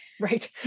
right